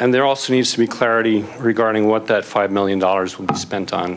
and there also needs to be clarity regarding what that five million dollars was spent on